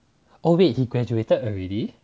oh wait he graduated already